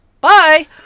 Bye